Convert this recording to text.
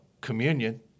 communion